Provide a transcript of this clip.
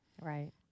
right